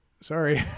Sorry